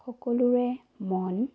সকলোৰে মন